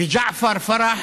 וג'עפר פרח,